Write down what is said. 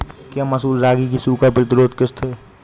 क्या मसूर रागी की सूखा प्रतिरोध किश्त है?